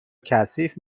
کثیف